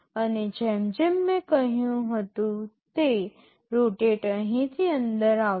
અને જેમ જેમ મેં કહ્યું હતું તે રોટેટ અહીંથી અંદર આવશે